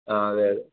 ആ അതെ അതെ